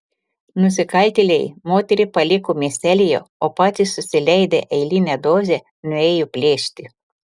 nusikaltėliai moterį paliko miestelyje o patys susileidę eilinę dozę nuėjo plėšti